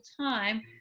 time